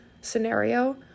scenario